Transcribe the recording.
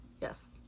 Yes